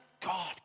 God